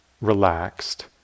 relaxed